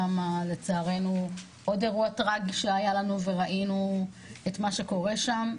שם לצערנו היה עוד אירוע טראגי שהיה לנו וראינו את מה שקורה שם,